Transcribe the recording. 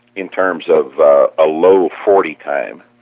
in terms of a low forty time